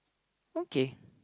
okay